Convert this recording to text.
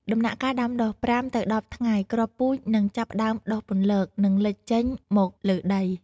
ដំណាក់កាលដំដុះ ៥ទៅ១០ ថ្ងៃ គ្រាប់ពូជនឹងចាប់ផ្តើមដុះពន្លក និងលេចចេញមកលើដី។